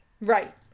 Right